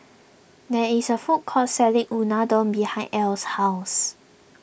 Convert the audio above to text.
there is a food court selling Unadon behind Ell's house